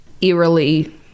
eerily